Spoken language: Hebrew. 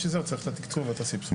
בשביל זה הוא צריך את התקצוב ואת הסבסוד.